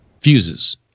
fuses